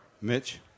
mitch